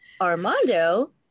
Armando